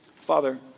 Father